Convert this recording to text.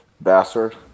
bastard